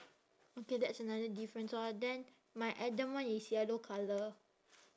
okay that's another difference orh then my other one is yellow colour